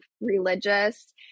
religious